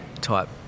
type